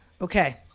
okay